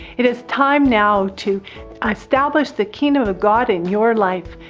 it is time now to establish the king of god in your life,